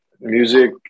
music